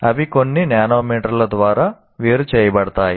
అవి కొన్ని నానోమీటర్ల ద్వారా వేరు చేయబడతాయి